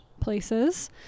places